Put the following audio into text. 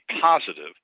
positive